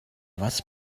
was